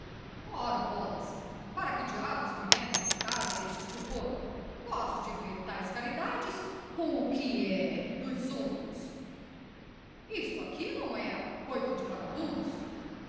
ora bolas pra que diabo me metem em casa este estupor gosto de ver tais caridades com o que é dos outros isto aqui não é acoito de vagabundos